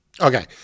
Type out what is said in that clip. Okay